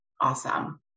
Awesome